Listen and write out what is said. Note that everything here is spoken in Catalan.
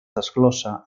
desglossa